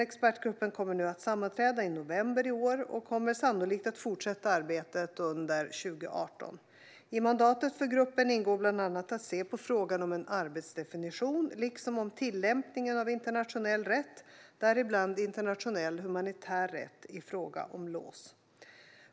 Expertgruppen kommer att sammanträda i november i år och kommer sannolikt att fortsätta arbetet under 2018. I mandatet för gruppen ingår bland annat att se på frågan om en arbetsdefinition, liksom frågan om tillämpningen av internationell rätt, däribland internationell humanitär rätt, i fråga om LAWS.